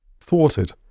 Thwarted